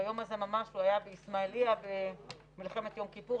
ביום הזה ממש הוא היה באיסמעיליה במלחמת יום כיפור.